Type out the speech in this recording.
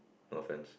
no offence